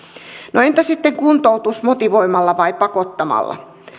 no entä sitten kuntoutus motivoimalla vai pakottamalla